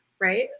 right